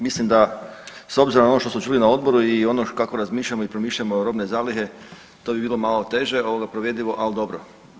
Mislim da s obzirom na ono što smo čuli na odboru i ono kako razmišljamo i promišljamo robne zalihe to bi bilo malo teže provedivo ali dobro.